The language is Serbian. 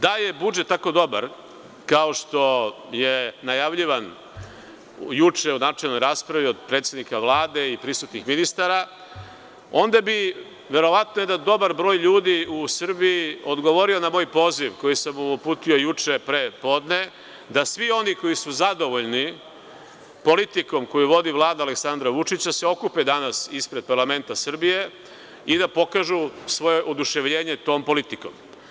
Da je budžet tako dobar, kao što je najavljivan juče u načelnoj raspravi predsednika Vlade i prisutnih ministara, onda bi verovatno dobar broj ljudi u Srbiji odgovorio na moj poziv, koji sam uputio juče pre podne, da svi oni koji su zadovoljni politikom koju vodi Vlada Aleksandra Vučića se okupe danas ispred parlamenta Srbije i da pokažu svoje oduševljenje tom politikom.